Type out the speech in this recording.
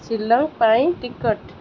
ଶିଲଂ ପାଇଁ ଟିକେଟ୍